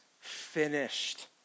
finished